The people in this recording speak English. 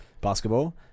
basketball